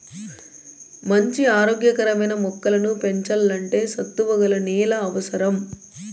మంచి ఆరోగ్య కరమైన మొక్కలను పెంచల్లంటే సత్తువ గల నేల అవసరం